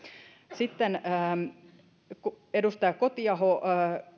sitten edustaja kotiaho